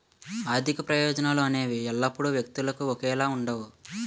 ఆర్థిక ప్రయోజనాలు అనేవి ఎల్లప్పుడూ వ్యక్తులకు ఒకేలా ఉండవు